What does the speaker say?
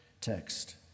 text